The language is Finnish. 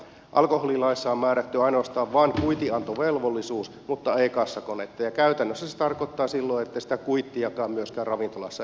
alkoholilaissa on määrätty ainoastaan kuitinantovelvollisuus mutta ei kassakonetta ja käytännössä se tarkoittaa silloin että sitä kuittiakaan ei ravintolassa anneta